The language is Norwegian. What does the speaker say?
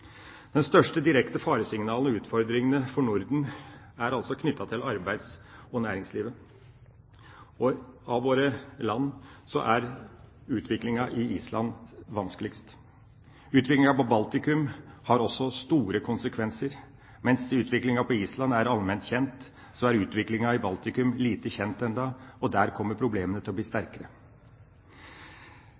største direkte faresignalene og utfordringene for Norden er altså knyttet til arbeids- og næringslivet. Blant våre land er utviklinga på Island vanskeligst. Utviklinga i Baltikum har også store konsekvenser. Mens utviklinga på Island er allment kjent, er utviklinga i Baltikum lite kjent ennå, og der kommer problemene til å bli sterkere.